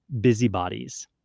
busybodies